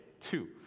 two